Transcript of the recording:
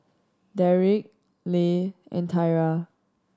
Derik Leigh and Tyra